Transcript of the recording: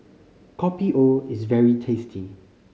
Kopi O is very tasty